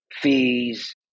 fees